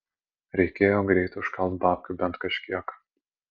reikėjo greit užkalt babkių bent kažkiek